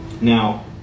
Now